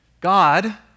God